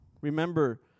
remember